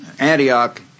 Antioch